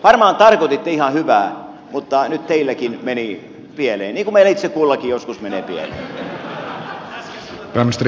varmaan tarkoititte ihan hyvää mutta nyt teilläkin meni pieleen niin kuin meillä itse kullakin joskus menee pieleen